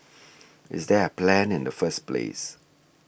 is there a plan in the first place